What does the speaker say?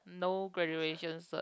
no graduation cert